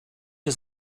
się